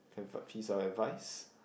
with a piece of advice